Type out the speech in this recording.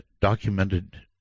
documented